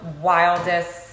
wildest